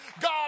God